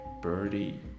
Birdie